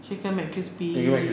chicken mccrispy